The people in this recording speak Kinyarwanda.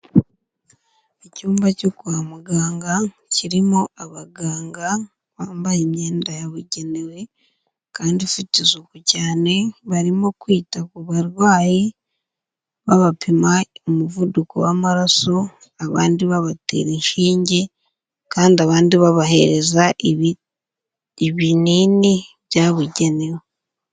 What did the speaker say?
Icyumba cyo kwa muganga, kirimo abaganga bambaye imyenda yabugenewe kandi ifite isuku cyane, barimo kwita ku barwayi, babapima umuvuduko w'amaraso, abandi babatera inshinge kandi abandi babahereza ibinini byabugenewe.